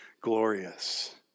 glorious